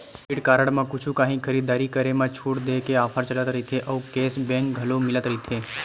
credit card म कुछु काही खरीददारी करे म छूट देय के ऑफर चलत रहिथे अउ केस बेंक घलो मिलत रहिथे